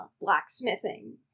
blacksmithing